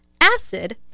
acid